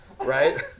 right